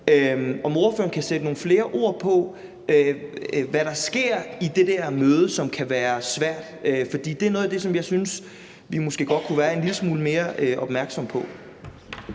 om ordføreren kan sætte nogle flere ord på, hvad der sker i det der møde, som kan være svært. For det er noget af det, som jeg synes vi måske godt kunne være en lille smule mere opmærksomme på.